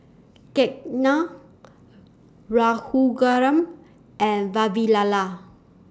Ketna Raghuram and Vavilala